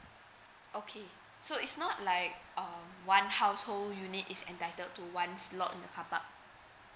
okay so it's not like uh one household unit is entitled to one slot in the carpark